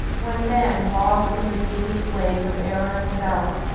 when men, lost in the devious ways of error and self,